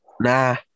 Nah